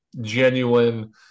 genuine